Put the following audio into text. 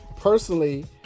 personally